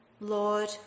Lord